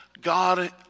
God